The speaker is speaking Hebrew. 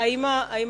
האם